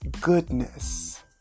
goodness